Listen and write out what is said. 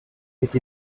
été